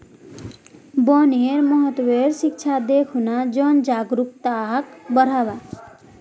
वनेर महत्वेर शिक्षा दे खूना जन जागरूकताक बढ़व्वा